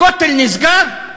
הכותל נסגר?